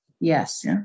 Yes